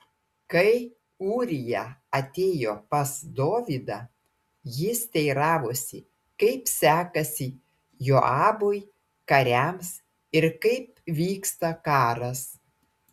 kai ūrija atėjo pas dovydą jis teiravosi kaip sekasi joabui kariams ir kaip vyksta karas